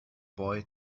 boy